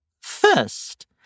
First